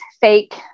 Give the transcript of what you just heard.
fake